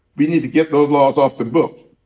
we need to get those laws off the books.